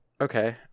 Okay